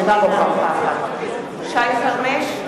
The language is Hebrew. אינה נוכחת שי חרמש,